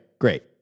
Great